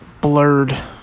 blurred